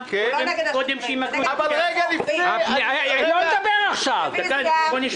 אבל תוספות כרגע אנחנו באירוע מוגבל.